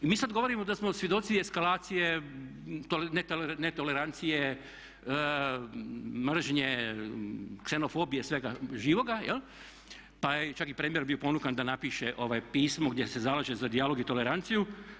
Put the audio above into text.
I mi sad govorimo da smo svjedoci eskalacije netolerancije, mržnje, ksenofobije, svega živoga jel' pa je čak i premijer bio ponukan da napiše pismo gdje se zalaže za dijalog i toleranciju.